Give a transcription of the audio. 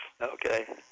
Okay